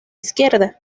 izquierda